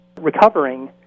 recovering